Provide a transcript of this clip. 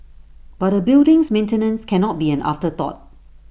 but A building's maintenance cannot be an afterthought